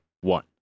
one